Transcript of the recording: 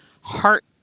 heart